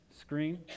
screen